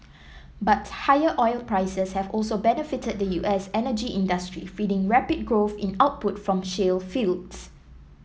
but higher oil prices have also benefited the U S energy industry feeding rapid growth in output from shale fields